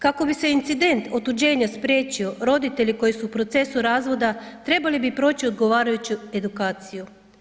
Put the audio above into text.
Kako bi se incident otuđenja spriječio, roditelji koji su u procesu razvoda, trebali bi proći odgovarajuću edukaciju.